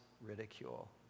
ridicule